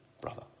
brother